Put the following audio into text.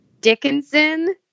Dickinson